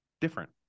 different